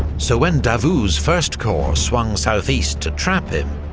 so when davout's first corps swung southeast to trap him,